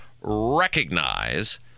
recognize